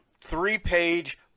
three-page